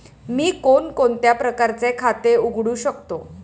मी कोणकोणत्या प्रकारचे खाते उघडू शकतो?